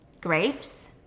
Grapes